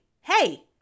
hey